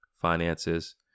finances